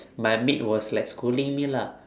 my maid was like scolding me lah